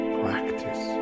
practice